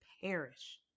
perish